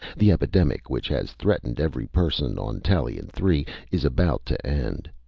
the epidemic which has threatened every person on tallien three is about to end!